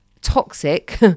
toxic